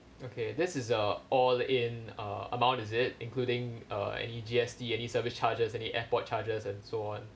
okay this is uh all in uh amount is it including uh any G_S_T any service charges any airport charges and so on